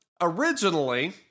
Originally